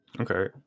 okay